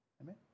Amen